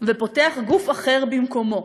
ופותח גוף אחר במקומו.